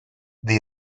the